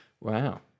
Wow